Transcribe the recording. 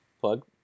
plug